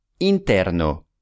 Interno